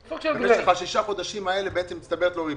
במשך ששת החודשים האלה מצטברת לו ריבית.